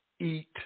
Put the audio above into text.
eat